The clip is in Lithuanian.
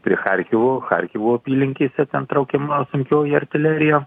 prie cahrkivo cahrkivo apylinkėse ten traukiama sunkioji artilerija